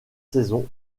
saison